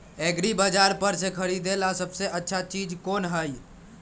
एग्रिबाजार पर से खरीदे ला सबसे अच्छा चीज कोन हई?